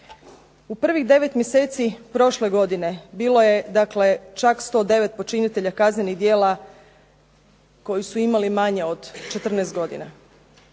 U prvih 9 mjeseci prošle godine bilo je čak 109 počinitelja kaznenih djela koji su imali manje od 14 godina.